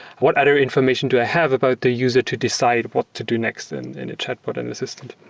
what other information do i have about the user to decide what to do next and in a chatbot and assistant?